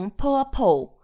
purple，